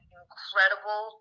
incredible